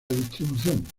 distribución